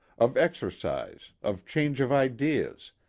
of ex ercise, of change of ideas,